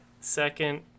second